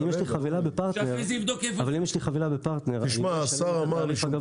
אם יש לי חבילה בפרטנר --- השר אמר לי שהוא